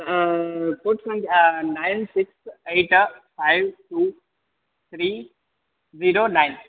nine six eight five two three zero nine